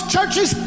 churches